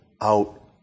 out